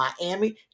Miami